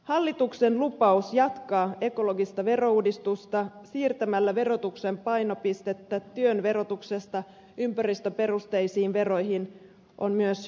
hallituksen lupaus jatkaa ekologista verouudistusta siirtämällä verotuksen painopistettä työn verotuksesta ympäristöperusteisiin veroihin on myös hyvä